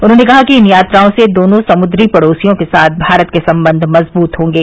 उन्होंने कहा कि इन यात्राओं से दोनों समुद्री पड़ोसियों के साथ भारत के संबंध मजबूत होंगे